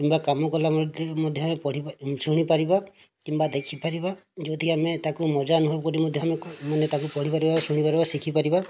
କିମ୍ବା କାମ କଲା ଶୁଣିପାରିବା କିମ୍ବା ଦେଖିପାରିବା ଯେଉଁଠିକି ଆମେ ତାକୁ ମଜା ନବାକୁ ପରି ମଧ୍ୟ ଆମେ ମାନେ ତାକୁ ପଢ଼ିପାରିବା ଶୁଣିପାରିବା ଶିଖିପାରିବା